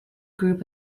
group